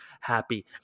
happy